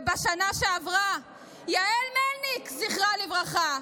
ובשנה שעברה יעל מלניק, זכרה לברכה,